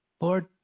Lord